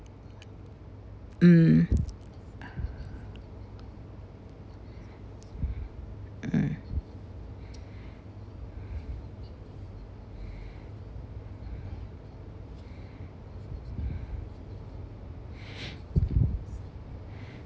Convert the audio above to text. mm mm